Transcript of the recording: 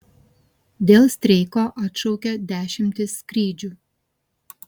dėl streiko atšaukia dešimtis skrydžių